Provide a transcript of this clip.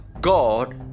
God